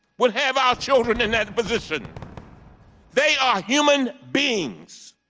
will have our children in that position they are human beings